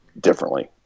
differently